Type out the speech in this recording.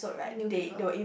new people